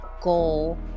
goal